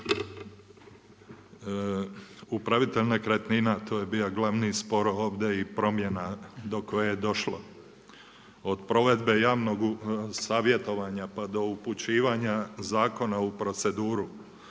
Upravitelj nekretnina, to je bio glavni spor ovdje i promjena do koje je došlo od provedbe javnog savjetovanja pa do upućivanja Zakona u proceduru.